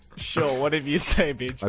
so what did you say but i